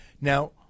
Now